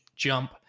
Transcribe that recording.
Jump